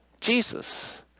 Jesus